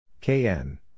KN